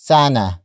Sana